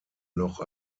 noch